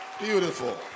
Beautiful